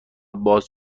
باز